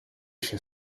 się